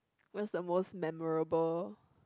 what's the most memorable